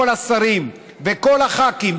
כל השרים וכל הח"כים,